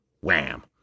wham